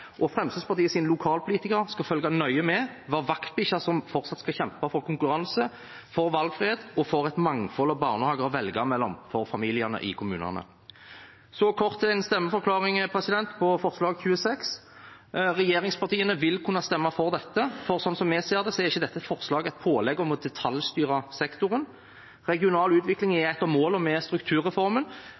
lokalpolitikere skal følge nøye med – være vaktbikkja som fortsatt skal kjempe for konkurranse, for valgfrihet og for et mangfold av barnehager å velge blant for familiene i kommunene. En kort stemmeforklaring til forslag nr. 26: Regjeringspartiene vil kunne stemme for dette, for sånn som vi ser det, er ikke dette forslaget et pålegg om å detaljstyre sektoren. Regional utvikling er et av målene med strukturreformen,